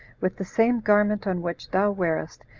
with the same garment on which thou wearest,